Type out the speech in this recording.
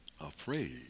afraid